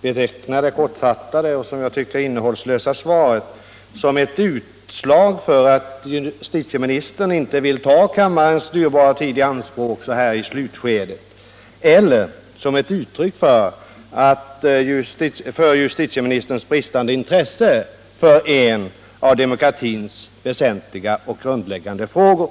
beteckna det kortfattade och innehållslösa svaret som ett utslag för att justitieministern inte vill ta kammarens dyrbara tid i anspråk så här i slutskedet eller som ett uttryck för justitieministerns bristande intresse för en av demokratins väsentliga och grundläggande frågor.